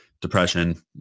depression